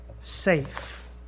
safe